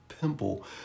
pimple